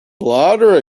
bladder